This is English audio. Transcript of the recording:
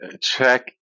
check